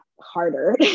harder